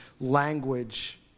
language